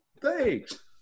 Thanks